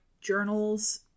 journals